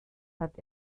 hat